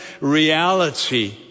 reality